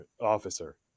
officer